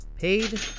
Paid